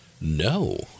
No